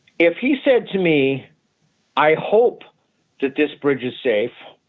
if he said to me i hope that this bridge is safe.